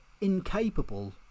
incapable